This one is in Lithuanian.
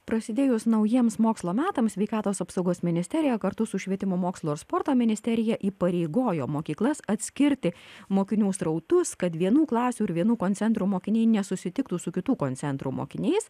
prasidėjus naujiems mokslo metams sveikatos apsaugos ministerija kartu su švietimo mokslo ir sporto ministerija įpareigojo mokyklas atskirti mokinių srautus kad vienų klasių ir vienų koncentrų mokiniai nesusitiktų su kitų koncentrų mokiniais